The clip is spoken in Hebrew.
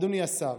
אדוני השר?